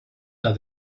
that